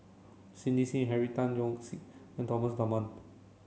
Cindy Sim Henry Tan Yoke See and Thomas Dunman